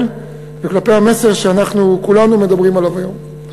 וכלפי המסר שאנחנו כולנו מדברים עליו היום.